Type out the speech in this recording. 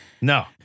No